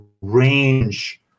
range